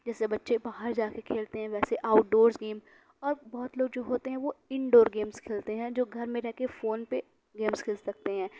جیسے بچے باہر جا کے کھیلتے ہیں ویسے آؤٹ ڈورس گیم اور بہت لوگ جو ہوتے ہیں وہ اِن ڈور گیمز کھیلتے ہیں جو گھر میں رہ کے فون پہ گیمز کھیل سکتے ہیں